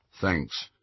Thanks